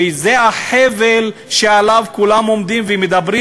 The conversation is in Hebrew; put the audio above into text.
שזה החבל שעליו כולם עומדים ומדברים.